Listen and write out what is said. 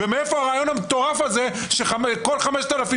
ומאיפה הרעיון המטורף שבכל חשבונית של